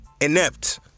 inept